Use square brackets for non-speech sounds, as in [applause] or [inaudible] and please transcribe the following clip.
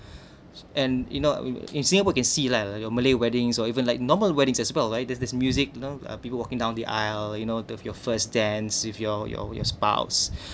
[breath] and you know in in singapore can see lah your malay weddings or even like normal weddings as well like there's there's music you know uh people walking down the aisle you know of your first dance with your your your spouse